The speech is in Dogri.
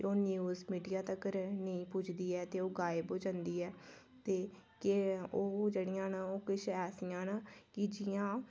ओह् न्यूज़ मीडिया तक्कर नेईं पुजदी ऐ ते ओह् गायब होई जंदी ऐ ते ओह् जेह्ड़ियां न किश ऐसियां न कि जि'यां